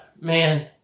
man